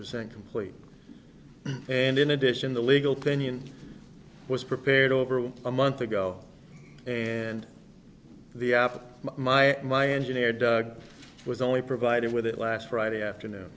percent complete and in addition the legal pinion was prepared over a month ago and the after my at my engineer was only provided with it last friday afternoon